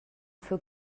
für